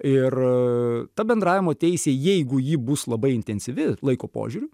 ir a ta bendravimo teisė jeigu ji bus labai intensyvi laiko požiūriu